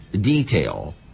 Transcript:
detail